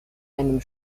einem